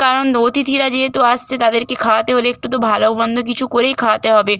কারণ অথিতিরা যেহেতু আসছে তাদেরকে খাওয়াতে হলে একটু তো ভালো মন্দ কিছু করেই খাওয়াতে হবে